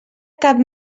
cap